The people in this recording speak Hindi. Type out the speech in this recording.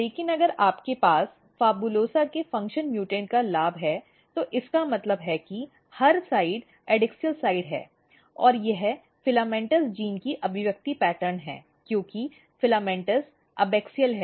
लेकिन अगर आपके पास PHABULOSA के फंक्शन म्यूटेंट का लाभ है तो इसका मतलब है कि हर साइड एडैक्सियल साइड है और यह FILAMENTOUS जीन का अभिव्यक्ति पैटर्न है क्योंकि FILAMENTOUS एबॅक्सियल है